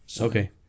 Okay